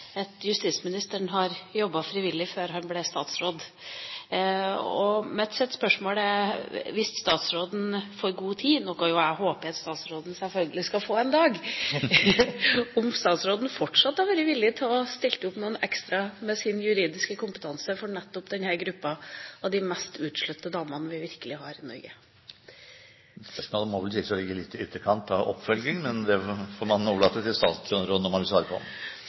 justisministeren har jobbet frivillig før han ble statsråd, og mitt spørsmål er: Hvis statsråden får god tid, noe jeg selvfølgelig håper at statsråden skal få en dag, hadde statsråden da fortsatt vært villig til å stille opp noe ekstra med sin juridiske kompetanse for nettopp denne gruppa, de mest utslåtte damene vi har i Norge? Spørsmålet må vel sies å ligge litt i ytterkant når det gjelder oppfølging, men det får overlates til statsråden om han vil svare på